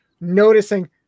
noticing